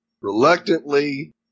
reluctantly